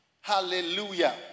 Hallelujah